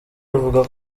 avuga